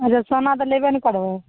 अच्छा सोना तऽ लेबे नहि करबय